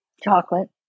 chocolate